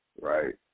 right